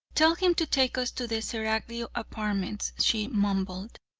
tell him to take us to the seraglio apartments, she mumbled.